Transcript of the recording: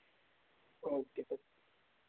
okay sir